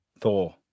Thor